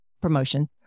promotion